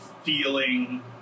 feeling